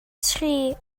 tri